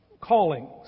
callings